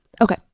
okay